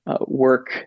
work